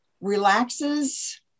relaxes